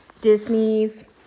Disney's